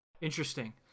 interesting